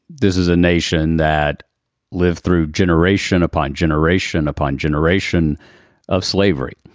this is a nation that lived through generation upon generation upon generation of slavery.